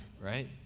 right